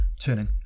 turning